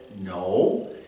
no